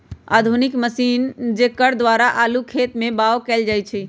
आधुनिक मशीन जेकरा द्वारा आलू खेत में बाओ कएल जाए छै